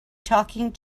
talking